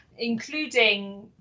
Including